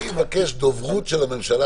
אני מבקש שתשב פה דוברות של הממשלה,